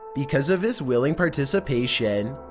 because of his willing participation,